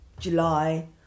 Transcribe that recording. July